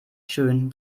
schön